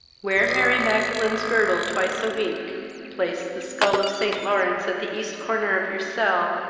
wear mary magdalene's girdle twice a week place the scull of st. lawrence at the east corner of your cell,